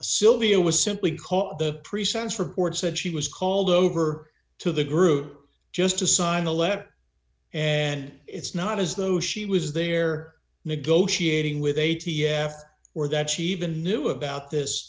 sylvia was simply caught the pre sentence report said she was called over to the group just to sign a letter and it's not as though she was there negotiating with a t f or that she even knew about this